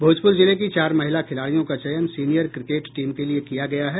भोजपुर जिले की चार महिला खिलाडियों का चयन सीनियर क्रिकेट टीम के लिए किया गया है